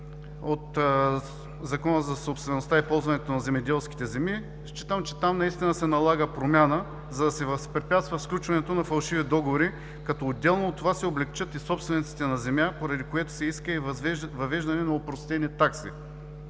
от Закона за собствеността и ползването на земеделските земи. Считам, че там наистина се налага промяна, за да се възпрепятства сключването на фалшиви договори, като отделно от това се облекчат и собствениците на земя, поради което се иска и въвеждане на опростени такси,